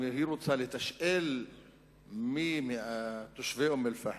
אם היא רוצה לתשאל מי מתושבי אום-אל-פחם,